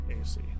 AC